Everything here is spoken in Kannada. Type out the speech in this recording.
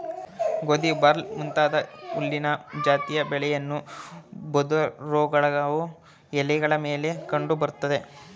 ಗೋಧಿ ಬಾರ್ಲಿ ಮುಂತಾದ ಹುಲ್ಲಿನ ಜಾತಿಯ ಬೆಳೆಗಳನ್ನು ಬೂದುರೋಗವು ಎಲೆಗಳ ಮೇಲೆ ಕಂಡು ಬರ್ತದೆ